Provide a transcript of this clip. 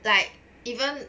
like even